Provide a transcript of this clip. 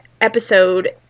episode